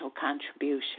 contribution